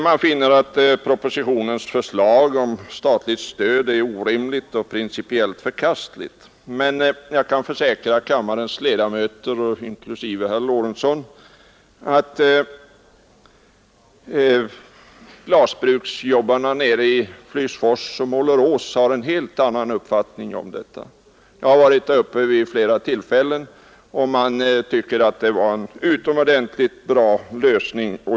De finner att propositionens förslag om statligt stöd är orimligt och principiellt förkastligt, men jag kan försäkra kammarens ledamöter, inklusive herr Lorentzon, att gladbruksjobbarna nere i Flygsfors och Målerås har en helt annan uppfattning om detta. Jag har varit där vid flera tillfällen, och jag vet att man tycker att det var en utomordentligt bra lösning.